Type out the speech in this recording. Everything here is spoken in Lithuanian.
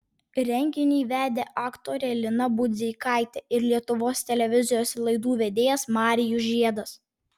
renginį vedė aktorė lina budzeikaitė ir lietuvos televizijos laidų vedėjas marijus žiedas